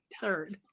third